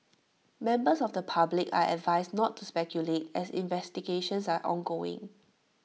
members of the public are advised not to speculate as investigations are ongoing